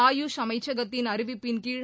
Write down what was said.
ஆயுஷ் அமைச்சகத்தின் அறிவிப்பின் கீழ்